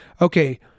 Okay